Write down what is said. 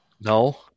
No